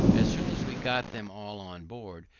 as soon as we got them all on board,